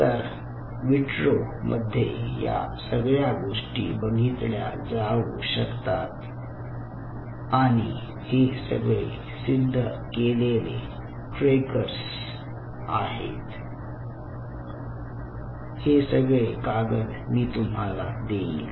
तर विट्रो मध्ये या सगळ्या गोष्टी बघितल्या जाऊ शकतात आणि हे सगळे सिद्ध केलेले ट्रेकर्स आहेत हे सगळे कागद मी तुम्हाला देईल